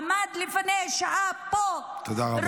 עמד לפני שעה פה ראש